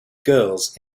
girls